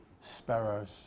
Sparrows